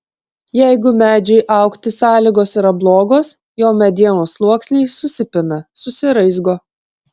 jeigu medžiui augti sąlygos yra blogos jo medienos sluoksniai susipina susiraizgo